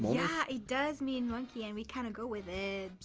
yeah, it does mean monkey, and we kinda go with it